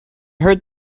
heard